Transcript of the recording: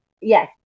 yes